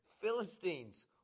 Philistines